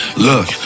Look